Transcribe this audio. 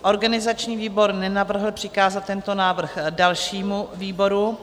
Organizační výbor nenavrhl přikázat tento návrh dalšímu výboru.